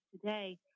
today